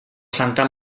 santa